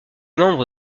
membre